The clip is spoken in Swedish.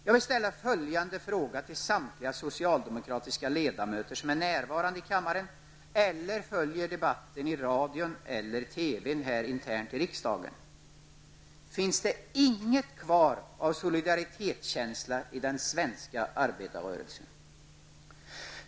Jag vill ställa följande fråga till samtliga socialdemokratiska ledamöter som är närvarande i kammaren eller följer debatten i riksdagens interna radio eller TV: Finns det inget kvar av solidaritetskänsla i den svenska arbetarrörelsen?